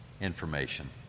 information